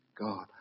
God